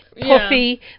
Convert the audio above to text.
puffy